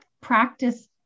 practice